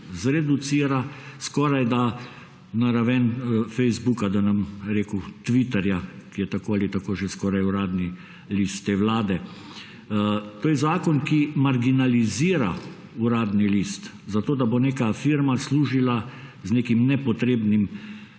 zreducira skoraj da na raven Facebooka, da ne bom rekel Twitterja, ki je tako ali tako že skoraj uradni list te vlade. To je zakon, ki marginalizira Uradni list, zato da bo neka firma služila z nekim nepotrebnim